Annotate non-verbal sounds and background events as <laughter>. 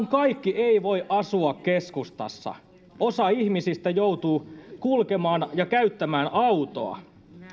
<unintelligible> kaikki eivät voi asua keskustassa osa ihmisistä joutuu kulkemaan ja käyttämään autoa